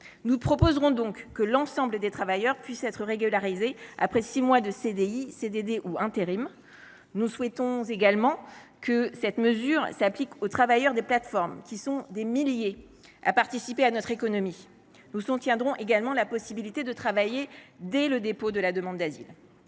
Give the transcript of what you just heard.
Nous proposerons donc que l’ensemble des travailleurs puissent être régularisés après six mois de CDI, de CDD ou d’intérim. Nous souhaitons également que cette mesure s’applique aux travailleurs des plateformes, qui, par milliers, participent à notre économie. Nous soutiendrons également la possibilité de travailler dès le dépôt de la demande d’asile.